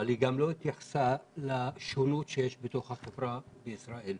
אבל היא גם לא התייחסה לשונות שיש בתוך החברה הישראלית.